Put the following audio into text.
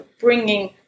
bringing